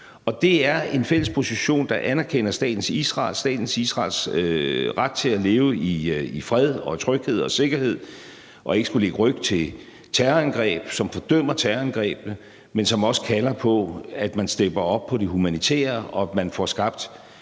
det er en fælles position, som anerkender staten Israel og staten Israels ret til at leve i fred og i tryghed og i sikkerhed og ikke skulle lægge ryg til terrorangreb, og som fordømmer terrorangrebene, men som også kalder på, at man stepper op i forhold til det humanitære, og at man får skabt